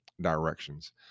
directions